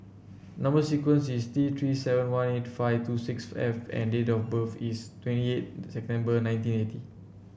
number sequence is T Three seven one eight five two six F and date of birth is twenty eight September nineteen eighty